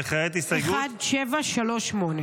וכעת הסתייגות